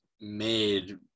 made